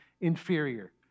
inferior